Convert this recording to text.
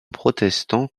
protestant